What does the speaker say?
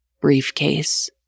briefcase